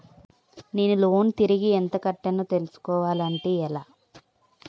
నేను లోన్ తిరిగి ఎంత కట్టానో తెలుసుకోవాలి అంటే ఎలా?